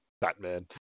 batman